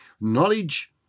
Knowledge